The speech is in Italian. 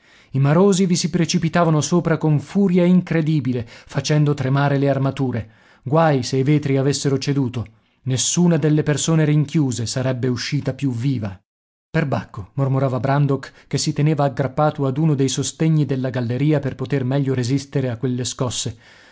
i marosi vi si precipitavano sopra con furia incredibile facendo tremare le armature guai se i vetri avessero ceduto nessuna delle persone rinchiuse sarebbe uscita più viva perbacco mormorava brandok che si teneva aggrappato ad uno dei sostegni della galleria per poter meglio resistere a quelle scosse